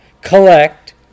collect